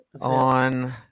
on